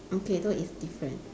okay so it's different